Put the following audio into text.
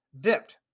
dipped